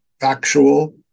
factual